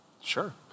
Sure